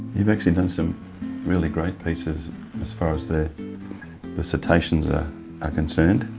you've actually done some really great pieces as far as the the citations are ah concerned.